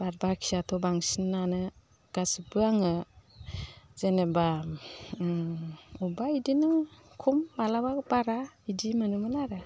बादबाखियाथ' बांसिनानो गासैबो आङो जेनेबा अब्बा इदिनो खम माब्लाबा बारा इदि मोनोमोन आरो